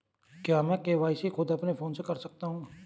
क्या मैं के.वाई.सी खुद अपने फोन से कर सकता हूँ?